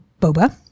boba